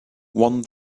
one